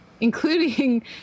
including